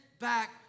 back